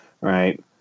right